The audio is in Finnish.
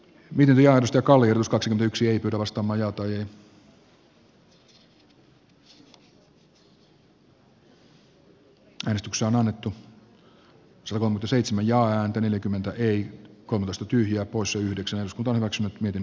viljarstä kaljus kaksi siirtänyt brysseliin ennennäkemättömän määrän verovaroja ja anti neljäkymmentäeen kohosta tyhjiä poissa yhdeksän paheksunut budjettivaltaa